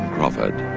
Crawford